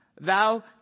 Thou